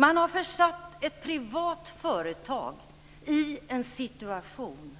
Man har försatt ett privat företag i en situation,